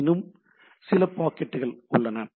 என்னிடம் சிறிய பாக்கெட்டுகள் உள்ளன